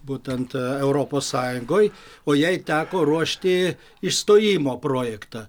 būtent europos sąjungoj o jai teko ruošti išstojimo projektą